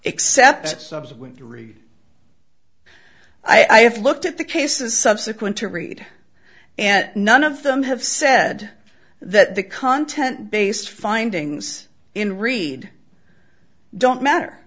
except subsequent three i have looked at the cases subsequent to read and none of them have said that the content based findings in read don't matter